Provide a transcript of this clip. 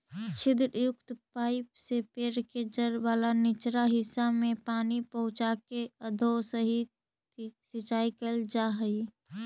छिद्रयुक्त पाइप से पेड़ के जड़ वाला निचला हिस्सा में पानी पहुँचाके अधोसतही सिंचाई कैल जा हइ